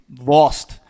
lost